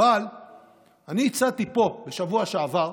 אבל אני הצעתי פה בשבוע שעבר,